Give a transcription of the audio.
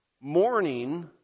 morning